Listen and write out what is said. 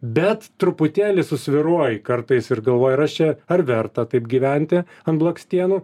bet truputėlį susvyruoji kartais ir galvoji ar aš čia ar verta taip gyventi ant blakstienų